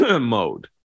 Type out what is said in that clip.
mode